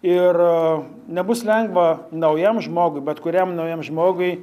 ir nebus lengva naujam žmogui bet kuriam naujam žmogui